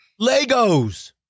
Legos